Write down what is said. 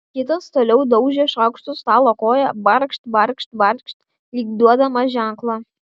kitas toliau daužė šaukštu stalo koją barkšt barkšt barkšt lyg duodamas ženklą